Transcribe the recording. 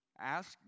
Ask